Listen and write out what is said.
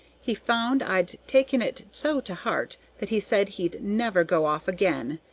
he found i'd taken it so to heart that he said he'd never go off again,